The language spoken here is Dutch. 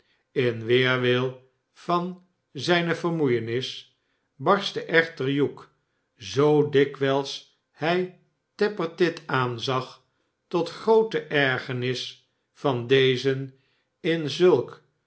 in weerwil van zijne vermoeienis barstste echter hugh zoo dikwijls hij tappertit aanzag tot groote ergernis van dezen in zulk